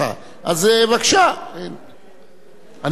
אני אשתדל, כמובן, להקפיד הקפדה יתירה.